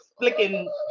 flicking